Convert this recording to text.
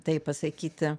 tai pasakyti